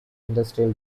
industrial